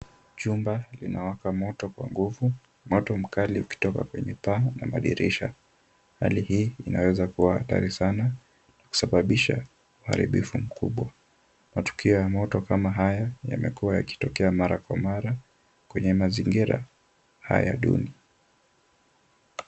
Jumba linawaka moto kwa nguvu, moto mkali ukitoka kwenye paa na madirisha. Hali hii inaweza kuwa hatari sana kusababisha uharibifu mkubwa. Matukio ya moto kama haya yamekuwa yakitokea mara kwa mara kwenye mazingira haya duni.